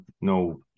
no